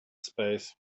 space